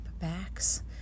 backs